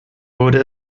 wurde